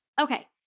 Okay